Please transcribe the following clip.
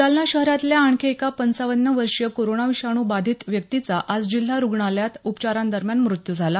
जालना शहरातल्या आणखी एका पंचावन्न वर्षीय कोरोना विषाणू बाधित व्यक्तीचा आज जिल्हा रुग्णालयात उपचारां दरम्यान मृत्यू झाला